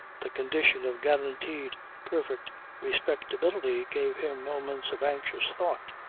the condition of guaranteed perfect respectability gave him moments of anxious thought.